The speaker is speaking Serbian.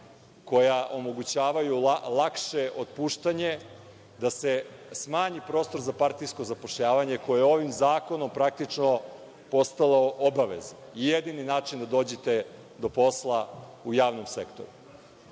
koja omogućavaju lakše otpuštanje, da se smanji prostor za partijsko zapošljavanje koje je ovim zakonom praktično postalo obavezno i jedini način da dođete do posla u javnom sektoru. Sa